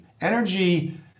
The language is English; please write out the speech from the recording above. energy